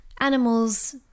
animals